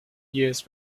years